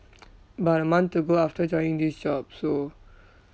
about a month ago after joining this job so